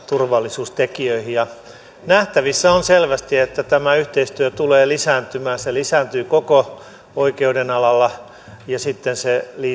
turvallisuustekijöihin tulevaisuudessa nähtävissä on selvästi että tämä yhteistyö tulee lisääntymään se lisääntyy koko oikeudenalalla ja sitten se